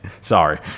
Sorry